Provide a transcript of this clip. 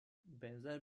benzer